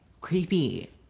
Creepy